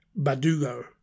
Badugo